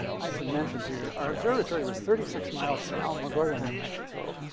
i should mention to you, our observatory was thirty six miles from alamogordo, new mexico.